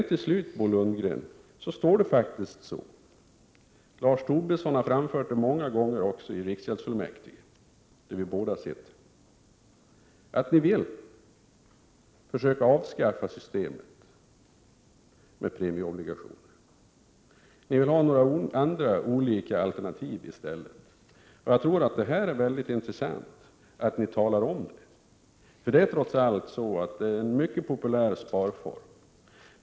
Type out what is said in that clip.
Till slut, Bo Lundgren, är det faktiskt så — och Lars Tobisson har framfört det många gånger i riksgäldsfullmäktige, där vi båda sitter — att ni vill försöka avskaffa systemet med premieobligationer. Ni vill ha några andra olika alternativ i stället. Det är av intresse att ni talar om det, för det är trots allt så att premieobligationerna är en mycket populär sparform.